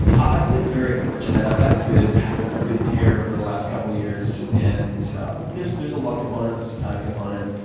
i've been very fortunate. i've had a good a good tear over the last couple of years. and there's there's a luck component, there's a timing component.